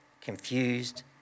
confused